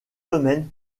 domaine